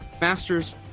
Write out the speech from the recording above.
Masters